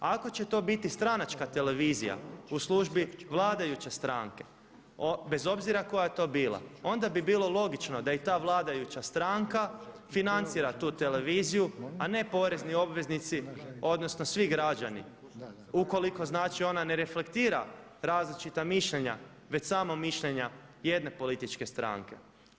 Ako će to biti stranačka televizija u službi vladajuće stranke bez obzira koja je to bila onda bi bilo logično da i ta vladajuća stranka financira tu televiziju a ne porezni obveznici odnosno svi građani ukoliko znači ona ne reflektira različita mišljenja već samo mišljenja jedne političke stranke.